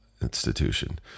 institution